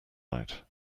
night